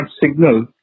signal